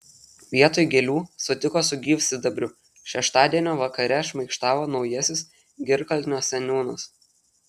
vietoj gėlių sutiko su gyvsidabriu šeštadienio vakare šmaikštavo naujasis girkalnio seniūnas